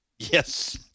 Yes